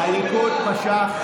הליכוד משך,